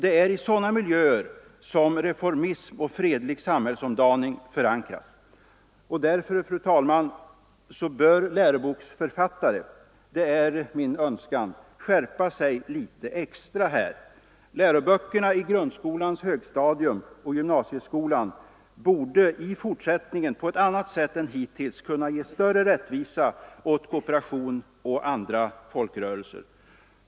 Det är i sådana miljöer som reformism och fredlig sam hällsomdaning förankras. Därför, fru talman, är det min önskan att läroboksförfattare här skall skärpa sig litet extra. Läroböckerna på grundskolans högstadium och i gymnasieskolan borde i fortsättningen på ett annat sätt än hittills kunna ge större rättvisa åt kooperation och andra folkrörelser.